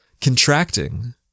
contracting